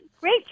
Great